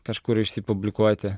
kažkur išsipublikuoti